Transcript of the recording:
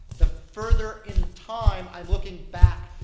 the further in time i'm looking back,